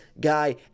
guy